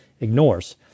ignores